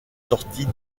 sorties